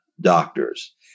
doctors